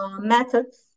methods